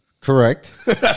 Correct